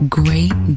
great